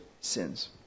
sins